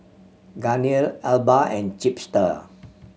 Garnier Alba and Chipster